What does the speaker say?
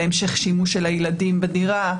להמשך שימוש של הילדים בדירה,